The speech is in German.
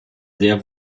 sehr